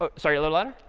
ah sorry, a little louder.